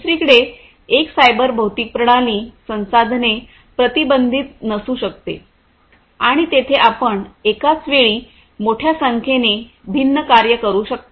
दुसरीकडे एक सायबर भौतिक प्रणाली संसाधने प्रतिबंधित नसू शकते आणि तेथे आपण एकाच वेळी मोठ्या संख्येने भिन्न कार्य करू शकता